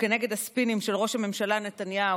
וכנגד הספינים של ראש הממשלה נתניהו,